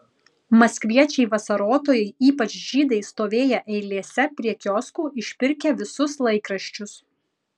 maskviečiai vasarotojai ypač žydai stovėję eilėse prie kioskų išpirkę visus laikraščius